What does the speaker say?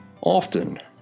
Often